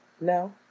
No